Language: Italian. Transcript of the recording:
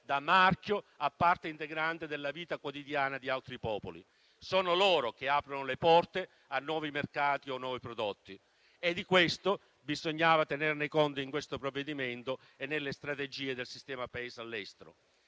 da marchio, a parte integrante della vita quotidiana di altri popoli. Sono loro che aprono le porte a nuovi mercati o nuovi prodotti e di questo bisognava tenere conto nel provvedimento in esame e nelle strategie del sistema Paese all'estero.